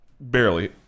barely